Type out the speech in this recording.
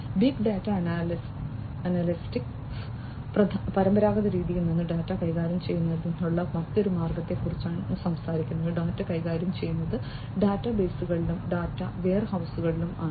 big data analytics പരമ്പരാഗത രീതിയിൽ നിന്ന് ഡാറ്റ കൈകാര്യം ചെയ്യുന്നതിനുള്ള മറ്റൊരു മാർഗത്തെക്കുറിച്ച് സംസാരിക്കുന്നു ഡാറ്റ കൈകാര്യം ചെയ്യുന്നത് ഡാറ്റാബേസുകളിലും ഡാറ്റ വെയർഹൌസുകളിലും ആണ്